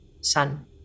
Sun